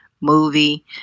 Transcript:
movie